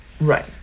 Right